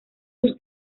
sus